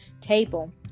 table